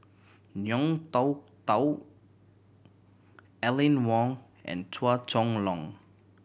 Ngiam Tong Dow Aline Wong and Chua Chong Long